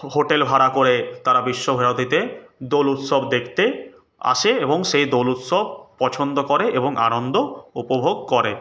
hotel ভাড়া করে তারা বিশ্বভারতীতে দোল উৎসব দেখতে আসে এবং সেই দোল উৎসব পছন্দ করে এবং আনন্দ উপভোগ করে